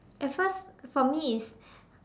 at first for me it's